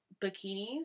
bikinis